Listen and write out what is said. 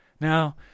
Now